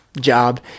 job